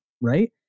right